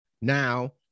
now